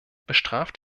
bestraft